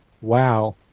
wow